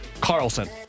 Carlson